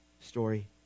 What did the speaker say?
story